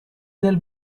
del